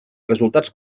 resultats